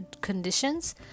conditions